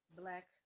black